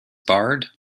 barred